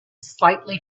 slightly